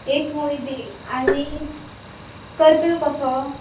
एक मुळी दी आनी कसो